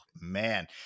man